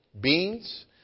beans